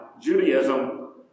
Judaism